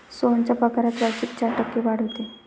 सोहनच्या पगारात वार्षिक चार टक्के वाढ होते